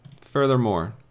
furthermore